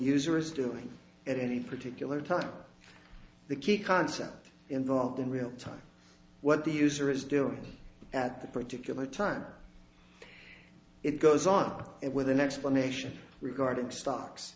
user is doing at any particular time the key concept involved in real time what the user is doing at that particular time it goes on it with an explanation regarding stocks